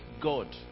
God